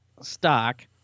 stock